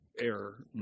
error